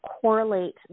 correlate